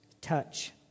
touch